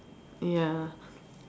ya